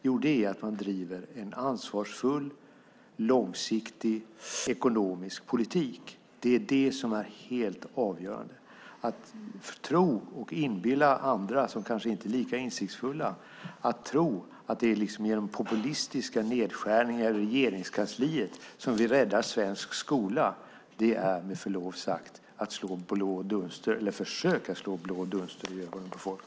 Jo, det är att man driver en ansvarsfull och långsiktig ekonomisk politik. Det är helt avgörande. Att tro och inbilla andra, som kanske inte är lika insiktsfulla, att det är genom populistiska nedskärningar i Regeringskansliet som vi räddar svensk skola är med förlov sagt att försöka slå blå dunster i ögonen på folk.